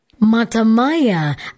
Matamaya